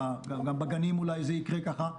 גם בגנים אולי זה יקרה ככה,